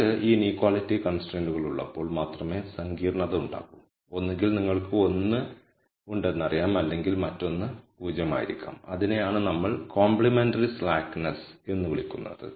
നിങ്ങൾക്ക് ഈ ഇനീക്വാളിറ്റി കൺസ്ട്രൈയ്ന്റുകൾ ഉള്ളപ്പോൾ മാത്രമേ സങ്കീർണത ഉണ്ടാകൂ ഒന്നുകിൽ നിങ്ങൾക്ക് 1 ഉണ്ടെന്നറിയാം അല്ലെങ്കിൽ മറ്റൊന്ന് 0 ആയിരിക്കാം അതിനെയാണ് നമ്മൾ കോംപ്ലിമെന്ററി സ്ലാക്ക്നസ് എന്ന് വിളിക്കുന്നത്